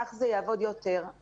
כך זה יעבוד יותר.